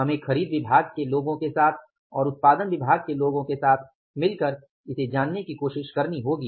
हमें खरीद विभाग के लोगों के साथ और उत्पादन विभाग के लोगों के साथ मिलकर इसे जानने की कोशिश करनी होगी